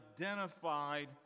identified